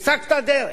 הצגת דרך.